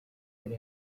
yari